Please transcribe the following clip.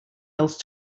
else